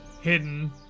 hidden